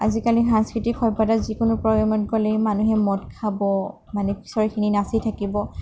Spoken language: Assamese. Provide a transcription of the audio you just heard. আজিকালি সাংস্কৃতিক সভ্যতাৰ যিকোনো প্ৰগেমত গ'লেই মানুহে মদ খাব মানে পিছৰখিনি নাচি থাকিব